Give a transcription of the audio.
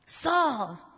Saul